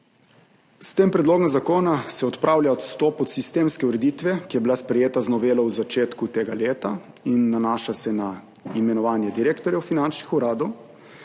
S tem predlogom zakona se odpravlja odstop od sistemske ureditve, ki je bila sprejeta z novelo v začetku tega leta in se nanaša na imenovanje direktorjev finančnih uradov,